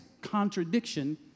contradiction